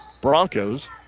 Broncos